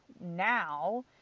now